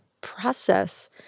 Process